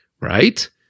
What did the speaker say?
right